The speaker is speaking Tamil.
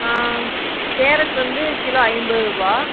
ஆ கேரட் வந்து கிலோ ஐம்பது ருபா